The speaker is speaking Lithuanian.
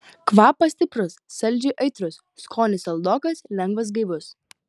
kvapas stiprus saldžiai aitrus skonis saldokas lengvas gaivus